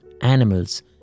animals